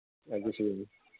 ꯑꯗꯨꯁꯨ